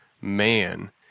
man